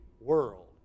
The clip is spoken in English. world